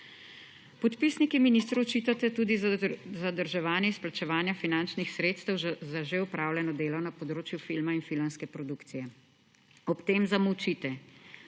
Podpisniki ministru očitate tudi zadrževanje izplačevanja finančnih sredstev za že opravljeno delo na področju filma in filmske produkcije. Ob tem zamolčite,